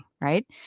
right